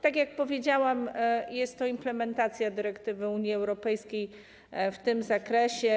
Tak jak powiedziałam, jest to implementacja dyrektywy Unii Europejskiej w tym zakresie.